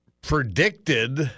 predicted